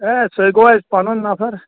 ہے سُہ گوٚو اَسہِ پنُن نفر